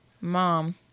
mom